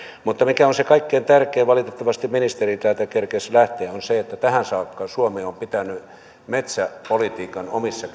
mutta mikä on se kaikkein tärkein valitettavasti ministeri täältä kerkisi lähteä on se että tähän saakka suomi on pitänyt metsäpolitiikan omissa